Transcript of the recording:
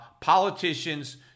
politicians